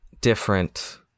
different